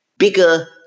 bigger